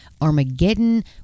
Armageddon